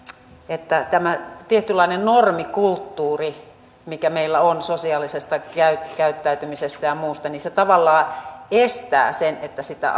että tämä tietynlainen normikulttuuri mikä meillä on sosiaalisessa käyttäytymisessä ja muussa tavallaan estää sen että sitä